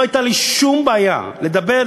לא הייתה לי שום בעיה לדבר,